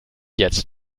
jetzt